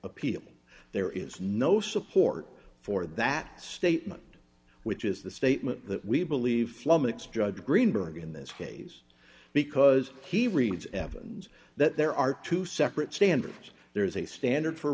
appeal there is no support for that statement which is the statement that we believe flomax judge greenberg in this case because he reads evans that there are two separate standards there is a standard for